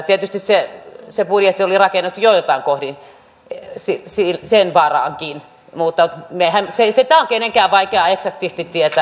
tietysti se budjetti oli rakennettu joiltain kohdin sen varaankin mutta sitä on kenenkään vaikea eksaktisti tietää